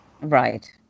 right